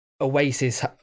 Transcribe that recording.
Oasis